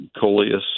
coleus